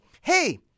hey